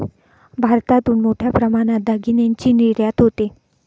भारतातून मोठ्या प्रमाणात दागिन्यांची निर्यात होते